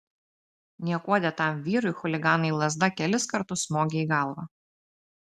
niekuo dėtam vyrui chuliganai lazda kelis kartus smogė į galvą